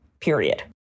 period